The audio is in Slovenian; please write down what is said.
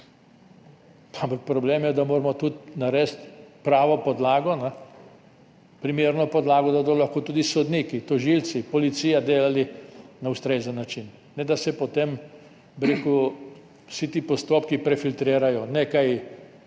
problem je, da moramo narediti pravo podlago, primerno podlago, da bodo lahko tudi sodniki, tožilci, policija delali na ustrezen način. Ne da se potem, bi rekel, vsi ti postopki prefiltrirajo, nekaj